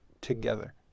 together